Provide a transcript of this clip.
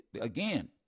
again